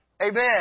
Amen